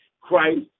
Christ